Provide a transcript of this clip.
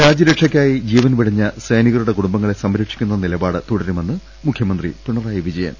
രാജ്യരക്ഷയ്ക്കായി ജീവൻ വെടിഞ്ഞ സൈനികരുടെ കുടുംബ ങ്ങളെ സംരക്ഷിക്കുന്ന നിലപാട് തുടരുമെന്ന് മുഖ്യമന്ത്രി പിണറായി വിജയൻ